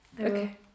Okay